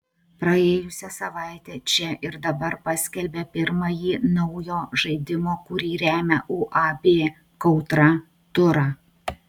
praėjusią savaitę čia ir dabar paskelbė pirmąjį naujo žaidimo kurį remia uab kautra turą